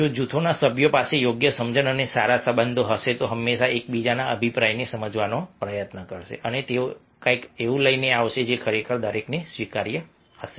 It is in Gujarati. જો જૂથના સભ્યો પાસે યોગ્ય સમજણ અને સારા સંબંધ હશે તો તેઓ હંમેશા એકબીજાના અભિપ્રાયને સમજવાનો પ્રયત્ન કરશે અને તેઓ કંઈક એવું લઈને આવશે જે ખરેખર દરેકને સ્વીકાર્ય છે